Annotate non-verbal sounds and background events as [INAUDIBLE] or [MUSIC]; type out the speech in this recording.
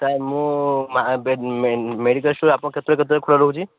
sir ମୁଁ ମାଆ [UNINTELLIGIBLE] କେତେବେଳେ କେତେବେଳେ ଖୋଲା ରହୁଛି